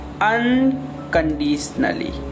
unconditionally